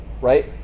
right